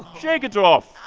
shake it off!